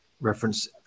reference